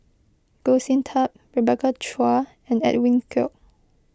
Goh Sin Tub Rebecca Chua and Edwin Koek